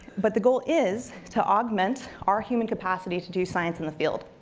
but the goal is to augment our human capacity to do science in the field.